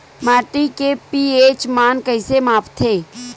माटी के पी.एच मान कइसे मापथे?